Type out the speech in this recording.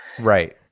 Right